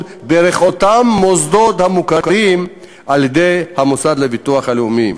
דרך אותם מוסדות המוכרים על-ידי המוסד לביטוח הלאומי.